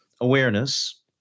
Awareness